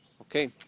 okay